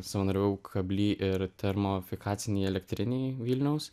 savanoriavau kably ir termofikacinėj elektrinėj vilniaus